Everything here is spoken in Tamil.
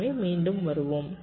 எனவே மீண்டும் வருவோம்